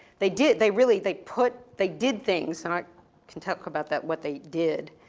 they did, they really, they put, they did things, and i can talk about that what they did.